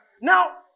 Now